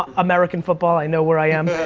ah american football, i know where i am.